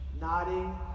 nodding